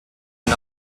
and